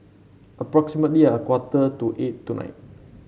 approximately a quarter to eight tonight